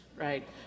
Right